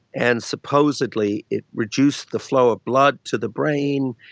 and supposedly it reduced the flow of blood to the brain,